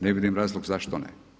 Ne vidim razlog zašto ne.